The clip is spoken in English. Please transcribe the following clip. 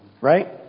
Right